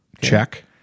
Check